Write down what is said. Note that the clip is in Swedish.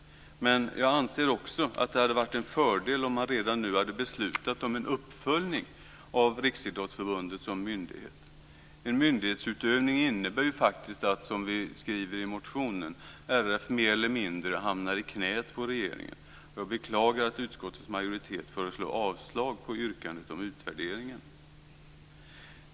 Men jag anser också att det hade varit en fördel om man redan nu hade beslutat om en uppföljning av Riksidrottsförbundet som myndighet. En myndighetsutövning innebär ju faktiskt att, som vi skriver i motionen, Riksidrottsförbundet mer eller mindre hamnar i knät på regeringen, och jag beklagar att utskottets majoritet föreslår avslag på yrkandet om utvärderingen.